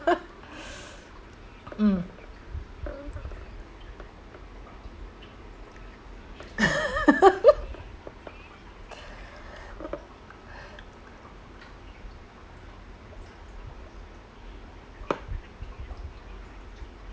mm